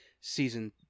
Season